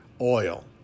oil